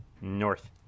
North